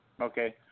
Okay